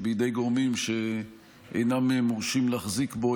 בידי גורמים שאינם מורשים להחזיק בו,